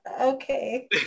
Okay